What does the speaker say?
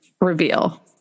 reveal